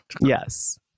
Yes